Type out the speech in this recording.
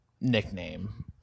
nickname